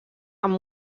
amb